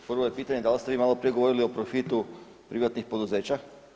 Prvo je pitanje da li ste vi maloprije govorili o profitu privatnih poduzeća?